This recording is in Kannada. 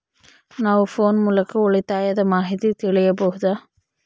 ನಾವು ಫೋನ್ ಮೂಲಕ ಉಳಿತಾಯದ ಮಾಹಿತಿ ತಿಳಿಯಬಹುದಾ?